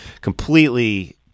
completely